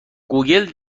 گوگل